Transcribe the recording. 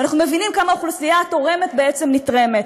ואנחנו מבינים כמה האוכלוסייה התורמת בעצם נתרמת.